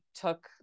took